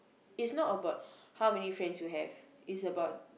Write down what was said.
is not about how many friends you have is about